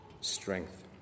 strength